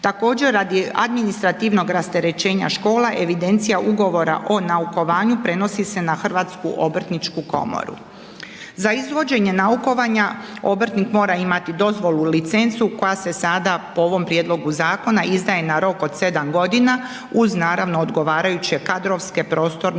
Također, radi administrativnog rasterećenja škola, evidencija Ugovora o naukovanju prenosi se na Hrvatsku obrtničku komoru. Za izvođenje naukovanja, obrtnik mora imati dozvolu i licencu koja se sada po ovom prijedlogu zakona izdaje na rok od 7 godina uz naravno, odgovarajuće kadrovske, prostorne i